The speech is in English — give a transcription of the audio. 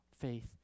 faith